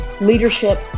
leadership